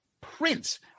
Prince